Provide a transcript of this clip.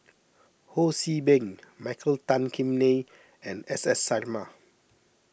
Ho See Beng Michael Tan Kim Nei and S S Sarma